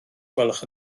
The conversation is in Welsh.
gwelwch